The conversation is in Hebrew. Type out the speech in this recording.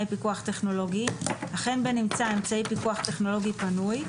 פיקוח טכנולוגי אך אין בנמצא אמצעי פיקוח טכנולוגי פנוי,